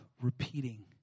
repeating